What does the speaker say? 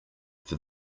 for